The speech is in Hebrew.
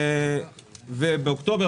באוקטובר,